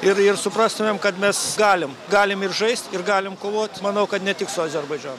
ir ir suprastumėm kad mes galim galim ir žaist ir galim kovot manau kad ne tik su azerbaidžanu